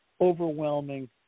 overwhelming